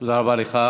תודה רבה לך.